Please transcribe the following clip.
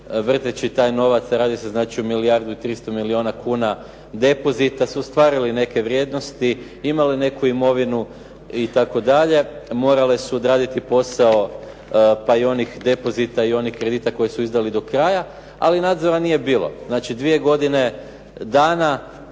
vrteći taj novac, radi se znači o milijardu i 300 milijuna kuna depozita su ostvarili neke vrijednosti, imali neku imovinu itd. Morale su odraditi posao pa i onih depozita i onih kredita koji su izdali do kraja, ali nadzora nije bilo. Znači, dvije godine dana